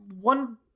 one